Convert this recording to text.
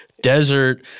desert